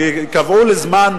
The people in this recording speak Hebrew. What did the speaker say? שקבעו לזמן